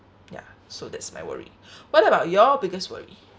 ya so that's my worry what about your biggest worry